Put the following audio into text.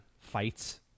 fights